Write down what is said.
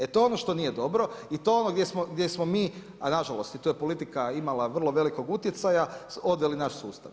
E to je ono što nije dobro i to je ono gdje smo mi a nažalost i to je politika imala vrlo velikog utjecaja su odveli naš sustav.